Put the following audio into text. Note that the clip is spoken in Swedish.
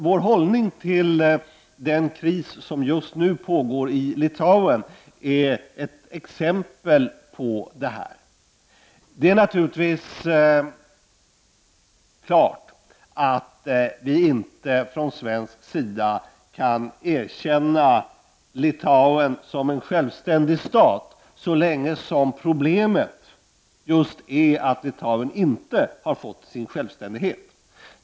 Vår hållning till den kris som just nu pågår i Litauen är ett exempel på detta. Det är naturligtvis klart att vi från svensk sida inte kan erkänna Litauen som en självständig stat så länge som problemet just är att Litauen inte har fått sin självständighet.